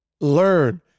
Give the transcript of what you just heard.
learn